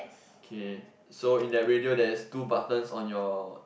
okay so in that radio there's two buttons on your